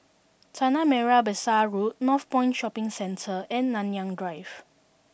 Tanah Merah Besar Road Northpoint Shopping Centre and Nanyang Drive